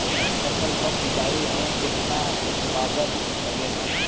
फसल की सिंचाई में कितना लागत लागेला?